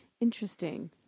Interesting